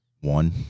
One